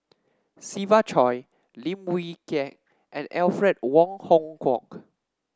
Siva Choy Lim Wee Kiak and Alfred Wong Hong Kwok